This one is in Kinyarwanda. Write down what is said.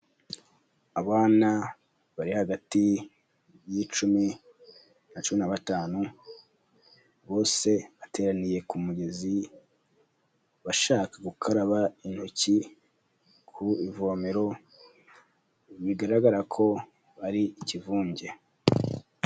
Abana bari hagati y'icumi na cumi na batanu, bose bateraniye ku mugezi bashaka gukaraba intoki ku ivomero, bigaragara ko ari ikivunge.